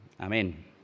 Amen